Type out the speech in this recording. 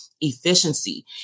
efficiency